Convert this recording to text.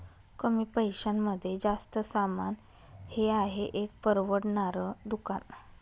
कमी पैशांमध्ये जास्त सामान हे आहे एक परवडणार दुकान